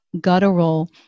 guttural